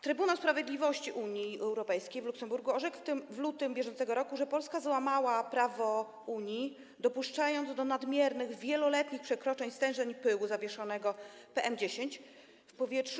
Trybunał Sprawiedliwości Unii Europejskiej w Luksemburgu orzekł w lutym br., że Polska złamała prawo Unii, dopuszczając do nadmiernych, wieloletnich przekroczeń stężeń pyłu zawieszonego PM10 w powietrzu.